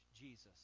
Jesus